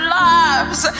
lives